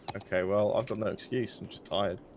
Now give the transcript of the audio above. okay, well i've got no excuse i'm just tired